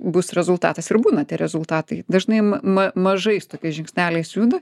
bus rezultatas ir būna tie rezultatai dažnai m ma mažais žingsneliais juda